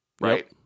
right